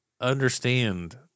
understand